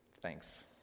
Thanks